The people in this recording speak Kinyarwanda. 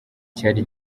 cyari